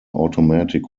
automatic